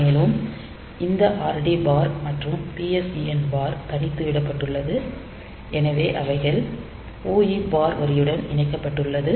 மேலும் இந்த RD bar மற்றும் PSEN பார் தனித்து விடப்பட்டுள்ளது எனவே அவைகள் OE பார் வரியுடன் இணைக்கப்பட்டுள்ளது